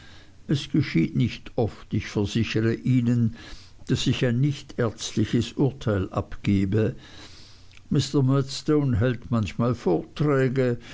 es geschieht nicht oft ich versichere ihnen daß ich ein nichtärztliches urteil abgebe mr murdstone hält manchmal vorträge